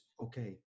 okay